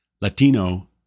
Latino